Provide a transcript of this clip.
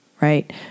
right